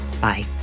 Bye